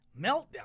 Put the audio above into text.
Meltdown